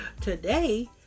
today